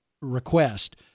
request